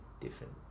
different